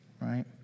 Right